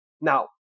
Now